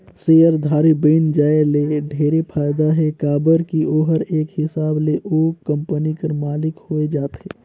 सेयरधारी बइन जाये ले ढेरे फायदा हे काबर की ओहर एक हिसाब ले ओ कंपनी कर मालिक होए जाथे